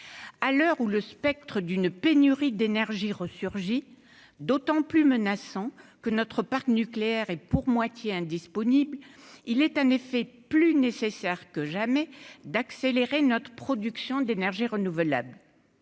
à l'heure où le spectre d'une pénurie d'énergie resurgit d'autant plus menaçant que notre parc nucléaire et pour moitié indisponible, il est en effet plus nécessaire que jamais d'accélérer notre production d'énergie renouvelable,